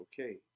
okay